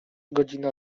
godzina